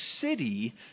city